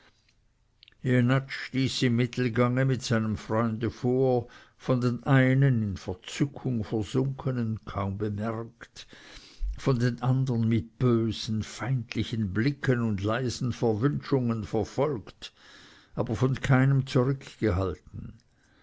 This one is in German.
stieß im mittelgange mit seinem freunde vor von den einen in verzückung versunkenen kaum bemerkt von den andern mit bösen feindlichen blicken und leisen verwünschungen verfolgt aber von keinem zurückgehalten